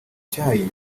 cyayi